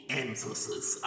emphasis